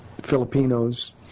Filipinos